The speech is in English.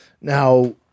Now –